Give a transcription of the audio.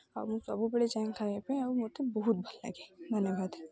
ଆଉ ମୁଁ ସବୁବେଳେ ଚାହେଁ ଖାଇବା ପାଇଁ ଆଉ ମୋତେ ବହୁତ ଭଲ ଲାଗେ ଧନ୍ୟବାଦ